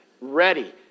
ready